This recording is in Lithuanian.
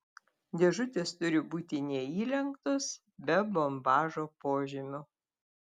dėžutės turi būti neįlenktos be bombažo požymių